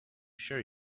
sure